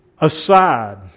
aside